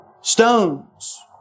Stones